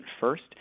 first